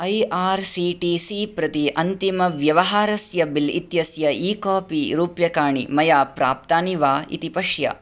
I R C T C प्रति अन्तिमव्यवहारस्य bill इत्यस्य ई कापी रूप्यकाणि मया प्राप्तानि वा इति पश्य